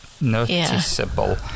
noticeable